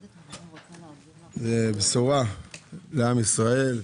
זוהי בשורה לעם ישראל,